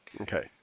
Okay